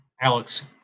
Alex